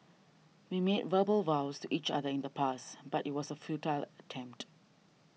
we made verbal vows each other in the past but it was a futile attempt